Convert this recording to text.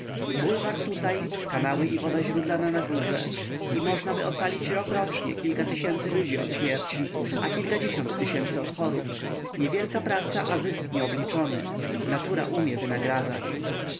bulwar tutaj kanały i woda źródlana na górze i możnaby ocalić rok rocznie kilka tysięcy ludzi od śmierci a kilkadziesiąt tysięcy od chorób niewielka praca a zysk nieobliczony natura umie wynagradzać